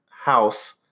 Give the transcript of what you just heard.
house